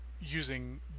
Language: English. using